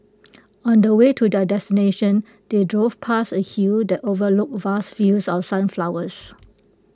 on the way to their destination they drove past A hill that overlooked vast fields of sunflowers